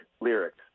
lyrics